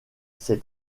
ses